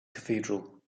cathedral